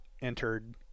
entered